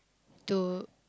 to